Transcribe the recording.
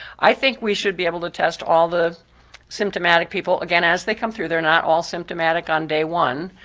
i think we should be able to test all the symptomatic people, again, as they come through, they're not all symptomatic on day one,